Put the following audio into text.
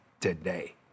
today